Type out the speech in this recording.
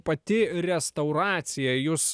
pati restauracija jūs